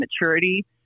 maturity